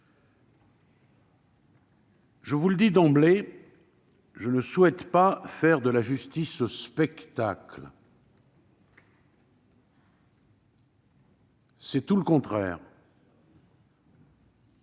Je vous le dis d'emblée, je ne souhaite pas faire de la justice spectacle. C'est même tout le contraire